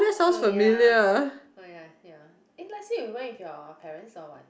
oh ya oh ya ya eh last year you went with your parents or what